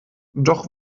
doch